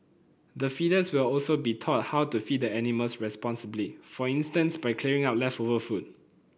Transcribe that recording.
the feeders will also be taught how to feed the animals responsibly for instance by clearing up leftover food